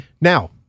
Now